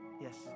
Yes